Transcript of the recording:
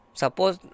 suppose